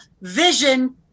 vision